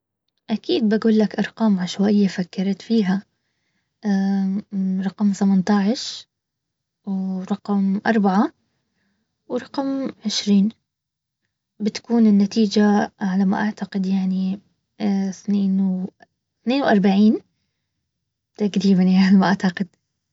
اكيد بقولك ارقام عشؤائيه فكرت فيها رقم تمنتاش، ورقم اربعه ،ورقم عشرين، بتكون النتيجه علي ما اعتقد يعني اثنين واربعين تقريبا يعني علي ما اعتقد